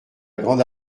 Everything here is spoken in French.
grande